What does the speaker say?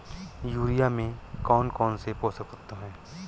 Urea में कौन कौन से पोषक तत्व है?